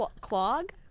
Clog